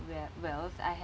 w~ wealth I have